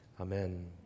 Amen